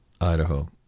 Idaho